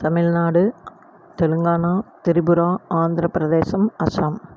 Tamil Nadu Telangana Tripura Andhra Pradesh Assam